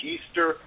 Easter